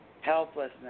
Helplessness